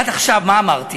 עד עכשיו מה אמרתי?